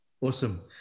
Awesome